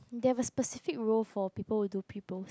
they have a specific role for people who do pre post